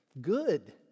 good